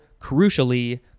crucially